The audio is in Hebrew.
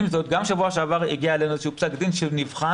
גם בשבוע שעבר הגיע אלינו איזשהו פסק דין שנבחן